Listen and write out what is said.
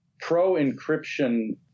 pro-encryption